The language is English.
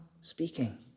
speaking